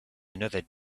another